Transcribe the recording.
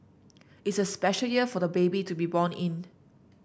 it's a special year for the baby to be born in